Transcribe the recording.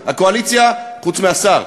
מהקואליציה, חוץ מהשר,